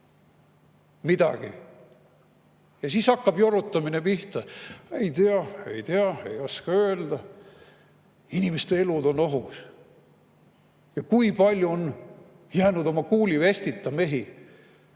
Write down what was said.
Ja siis hakkab jorutamine pihta: "Ei tea, ei tea, ei oska öelda." Inimeste elud on ohus! Ja kui palju mehi on jäänud kuulivestita? Teate,